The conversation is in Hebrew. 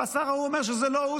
השר ההוא אומר שזה לא הוא,